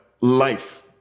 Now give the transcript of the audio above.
life